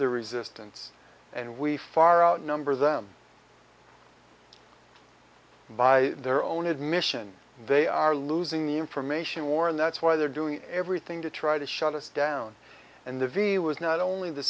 the resistance and we far outnumber them by their own admission they are losing the information war and that's why they're doing everything to try to shut us down and the v was not only the